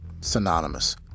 synonymous